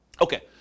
Okay